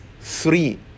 three